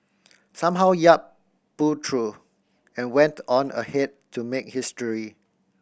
somehow Yap pulled through and went on ahead to make history